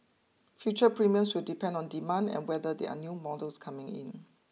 future premiums will depend on demand and whether there are new models coming in